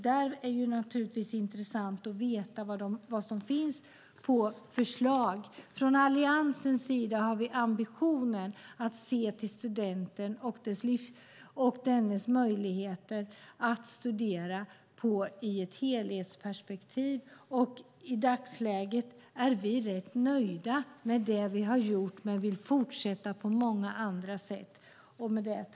Det är intressant att veta vilka förslag som finns. Alliansen har ambitionen att i ett helhetsperspektiv se till studentens möjligheter att studera. I dagsläget är vi rätt nöjda med det vi har gjort, men vi vill fortsätta på många andra sätt.